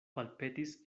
palpetis